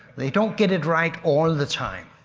they don't get it right all the time